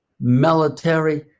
military